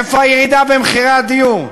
איפה הירידה במחירי הדיור?